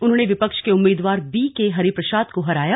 उन्होंने विपक्ष के उम्मीदवार बी के हरिप्रसाद को हराया